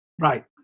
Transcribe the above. right